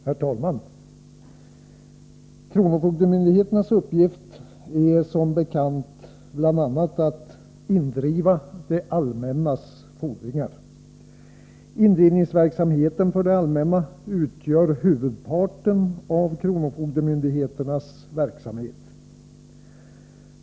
Herr talman! Kronofogdemyndigheternas uppgift är som bekant bl.a. att indriva det allmännas fordringar. Indrivningsverksamheten för det allmänna utgör huvudparten av kronofogdemyndigheternas verksamhet.